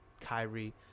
Kyrie